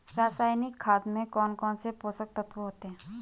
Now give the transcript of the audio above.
रासायनिक खाद में कौन कौन से पोषक तत्व होते हैं?